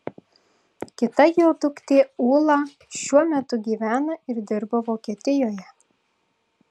kita jo duktė ūla šiuo metu gyvena ir dirba vokietijoje